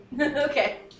Okay